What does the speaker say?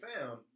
found